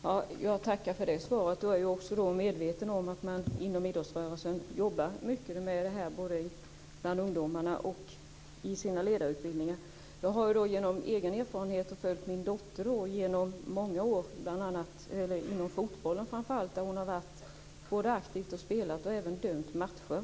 Fru talman! Jag tackar för det svaret. Jag är också medveten om att man inom idrottsrörelsen jobbar mycket med detta både bland ungdomarna och i ledarutbildningarna. Jag har genom egen erfarenhet när jag har följt min dotter genom många år, framför allt inom fotbollen där hon har varit både aktiv och dömt matcher,